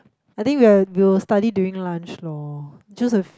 I think we are we'll study during lunch lor just have